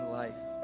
life